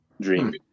dream